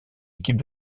équipe